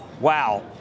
wow